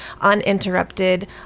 uninterrupted